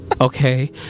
Okay